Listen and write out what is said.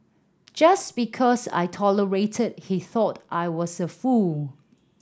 just because I tolerated he thought I was a fool